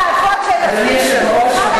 אדוני היושב-ראש,